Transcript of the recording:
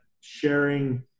sharing